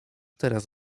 teraz